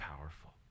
powerful